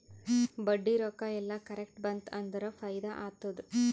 ಬಡ್ಡಿ ರೊಕ್ಕಾ ಎಲ್ಲಾ ಕರೆಕ್ಟ್ ಬಂತ್ ಅಂದುರ್ ಫೈದಾ ಆತ್ತುದ್